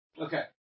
Okay